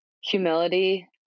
humility